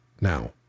Now